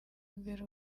imbere